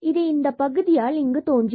இது இந்த பகுதியால் இங்கு தோன்றுகிறது